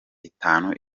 itanu